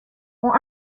ont